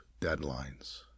deadlines